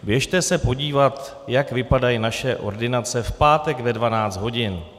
Běžte se podívat, jak vypadají naše ordinace v pátek ve 12 hodin.